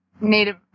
Native